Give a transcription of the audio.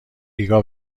ریگا